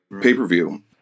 pay-per-view